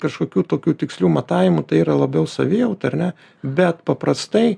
kažkokių tokių tikslių matavimų tai yra labiau savijauta ar ne bet paprastai